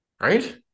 Right